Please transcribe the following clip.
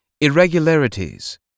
irregularities